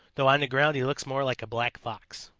though on the ground he looks more like a black fox.